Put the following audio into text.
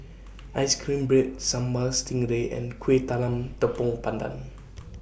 Ice Cream Bread Sambal Stingray and Kueh Talam Tepong Pandan